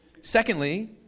Secondly